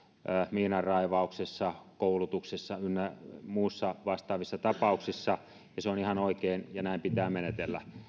miinanraivauksessa koulutuksessa ynnä muissa vastaavissa tapauksissa ja se on ihan oikein ja näin pitää menetellä